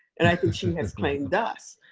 and i think she has claimed us.